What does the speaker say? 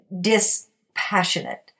dispassionate